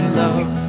love